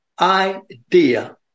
idea